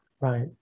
right